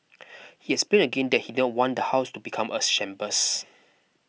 he explained again that he don't want the house to become a shambles